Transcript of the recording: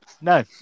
No